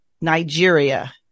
Nigeria